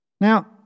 Now